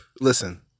Listen